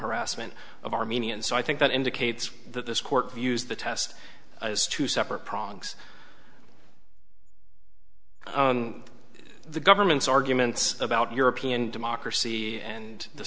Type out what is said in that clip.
harassment of armenian so i think that indicates that this court views the test as two separate progs the government's arguments about european democracy and the